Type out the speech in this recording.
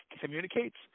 communicates